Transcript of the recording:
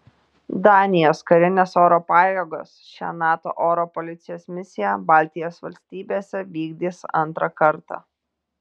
danijos karinės oro pajėgos šią nato oro policijos misiją baltijos valstybėse vykdys antrą kartą